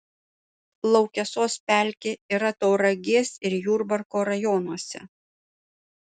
laukesos pelkė yra tauragės ir jurbarko rajonuose